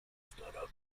stara